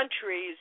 countries